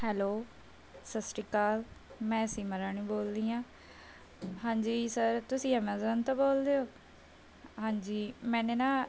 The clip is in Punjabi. ਹੈਲੋ ਸਤਿ ਸ਼੍ਰੀ ਅਕਾਲ ਮੈਂ ਸੀਮਾ ਰਾਣੀ ਬੋਲਦੀ ਹਾਂ ਹਾਂਜੀ ਸਰ ਤੁਸੀਂ ਐਮਾਜ਼ੋਨ ਤੋਂ ਬੋਲਦੇ ਹੋ ਹਾਂਜੀ ਮੈਨੇ ਨਾ